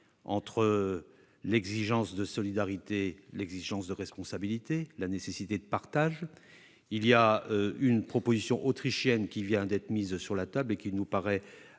entre l'exigence de solidarité, l'exigence de responsabilité et la nécessité de partager. Une proposition autrichienne vient d'être mise sur la table ; elle nous paraît